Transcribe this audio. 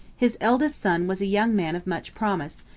his eldest son was a young man of much promise,